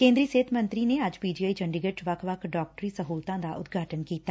ਕੇ'ਦਰੀ ਸਿਹਤ ਮੰਤਰੀ ਨੇ ਅੱਜ ਪੀ ਜੀ ਆਈ ਚੰਡੀਗੜ 'ਚ ਵੱਖ ਵੱਖ ਡਾਕਟਰੀ ਸਹੁਲਤਾਂ ਦਾ ਉਦਘਾਟਨ ਕੀਤਾ